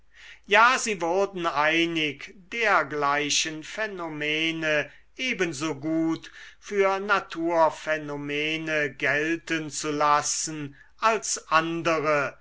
ja sie wurden einig dergleichen phänomene ebensogut für naturphänomene gelten zu lassen als andere